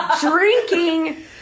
drinking